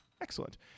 Excellent